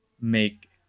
make